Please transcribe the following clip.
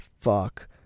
fuck